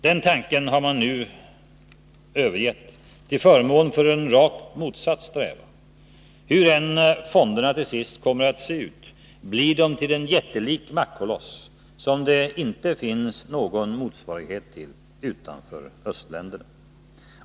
Den tanken har man nu övergett till förmån för en rakt motsatt strävan. Hur än fonderna till sist kommer att se ut blir de till en jättelik maktkoloss, som det inte finns någon motsvarighet till utanför östländerna.